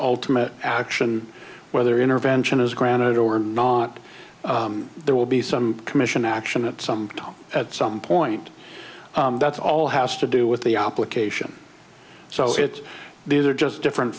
ultimate action whether intervention is granted or not there will be some commission action at some time at some point that all has to do with the application so that these are just different